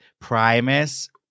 Primus